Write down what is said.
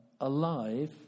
alive